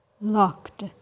Locked